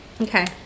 Okay